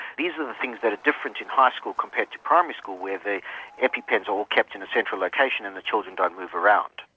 these are things that are different in high school compared to primary school where the epi-pens are all kept in a central location and the children don't move around.